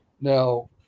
Now